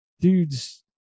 dudes